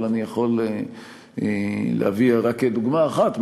אבל אני יכול להביא רק דוגמה אחת,